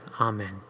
Amen